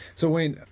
so wayne,